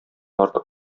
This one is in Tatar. артык